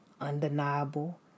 undeniable